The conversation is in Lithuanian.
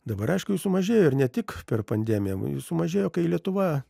dabar aišku jų sumažėjo ir ne tik per pandemiją jų sumažėjo kai lietuva